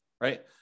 right